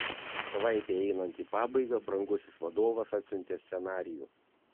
savaitei einant į pabaigą brangusis vadovas atsiuntė scenarijų